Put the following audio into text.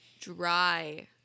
Dry